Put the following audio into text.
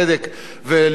ולמען חירות,